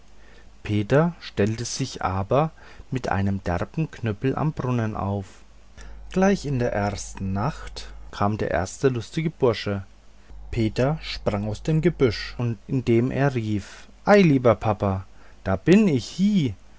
peter stellte sich aber mit einem derben knüppel am brunnen auf gleich in der ersten nacht kam der erste lustige bursche peter sprang aus dem gebüsch und indem er rief ei lieber papa da bin ich hie